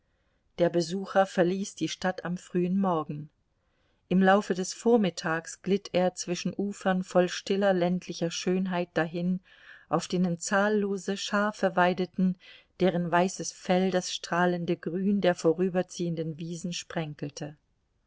der besucher verließ die stadt am frühen morgen im laufe des vormittags glitt er zwischen ufern voll stiller ländlicher schönheit dahin auf denen zahllose schafe weideten deren weißes fell das strahlende grün der vorüberziehenden wiesen sprenkelte